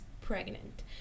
pregnant